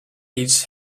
each